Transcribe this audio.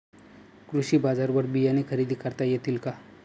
कृषी बाजारवर बियाणे खरेदी करता येतील का?